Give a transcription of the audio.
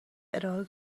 ارائه